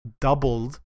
doubled